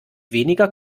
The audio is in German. weniger